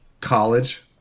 college